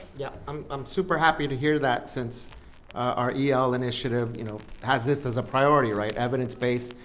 yeah, i'm um super happy to hear that, since our el initiative you know has this as a priority, right? evidence-based.